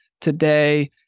today